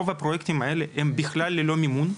רוב הפרויקטים האלו הם בכלל ללא מימון,